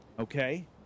Okay